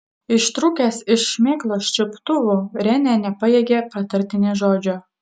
ištrūkęs iš šmėklos čiuptuvų renė nepajėgė pratarti nė žodžio